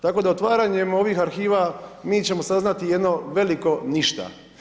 Tako da otvaranjem ovih arhiva, mi ćemo saznati jedno veliko ništa.